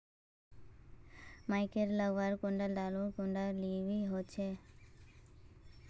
मकई लगवार कतला दिन बाद पानी डालुवा होचे?